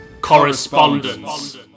correspondence